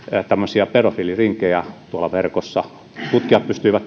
tämmöisiä pedofiilirinkejä verkossa tutkijat pystyivät